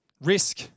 risk